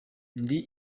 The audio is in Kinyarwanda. ndi